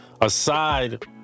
aside